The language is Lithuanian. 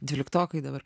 dvyliktokai dabar